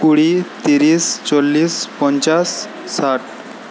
কুড়ি তিরিশ চল্লিশ পঞ্চাশ ষাট